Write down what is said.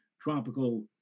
tropical